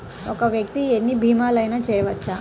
ఒక్క వ్యక్తి ఎన్ని భీమలయినా చేయవచ్చా?